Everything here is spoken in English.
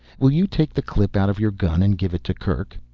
will you take the clip out of your gun and give it to kerk?